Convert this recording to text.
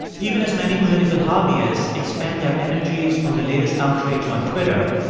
even as many political hobbyists expand their energies on the latest outrage on twitter,